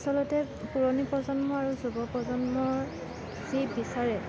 আচলতে পুৰণি প্ৰজন্ম আৰু যুৱপ্ৰজন্মই যি বিচাৰে